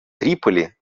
триполи